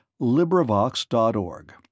LibriVox.org